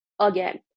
Again